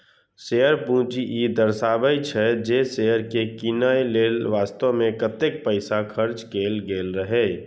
share पूंजी ई दर्शाबै छै, जे शेयर कें कीनय लेल वास्तव मे कतेक पैसा खर्च कैल गेल रहै